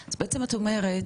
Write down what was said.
אז בעצם את אומרת,